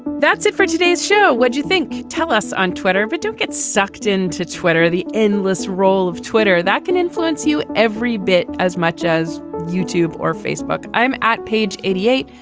that's it for today's show. what do you think? tell us on twitter. but don't get sucked into twitter. the endless roll of twitter that can influence you every bit as much as youtube or facebook. i'm at page eighty eight.